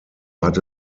hatte